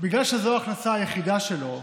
בגלל שזו ההכנסה היחידה שלו,